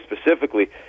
specifically